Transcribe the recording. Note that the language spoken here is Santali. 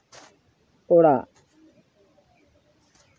ᱚᱲᱟᱜ